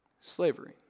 slavery